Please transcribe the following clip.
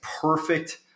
perfect